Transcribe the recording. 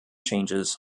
changes